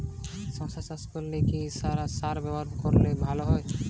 শশা চাষ করলে কি সার ব্যবহার করলে ভালো হয়?